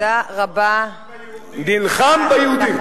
הוא לא נלחם ביהודים.